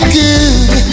good